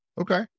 Okay